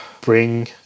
bring